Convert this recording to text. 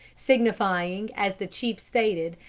signifying, as the chief stated,